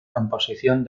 composición